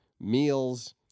meals